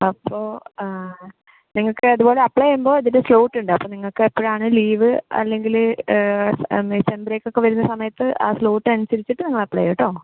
അപ്പോൾ നിങ്ങൾക്ക് അതുപോലെ അപ്ലൈ ചെയ്യുമ്പോൾ അതില് സ്ലോട്ട് ഉണ്ട് അപ്പോൾ നിങ്ങക്ക് എപ്പഴാണോ ലീവ് അല്ലെങ്കില് സെം ബ്രേക്കൊക്കെ വരുന്ന സമയത്ത് ആ സ്ലോട്ട് അനുസരിച്ചിട്ട് നിങ്ങൾ അപ്ലൈ ചെയ്യുട്ടോ